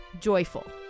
Joyful